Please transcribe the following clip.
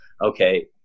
Okay